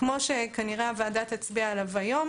כמו שכנראה הוועדה תצביע עליו היום,